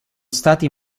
stati